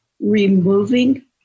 removing